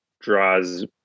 draws